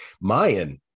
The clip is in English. mayan